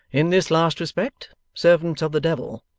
in this last respect, servants are the devil.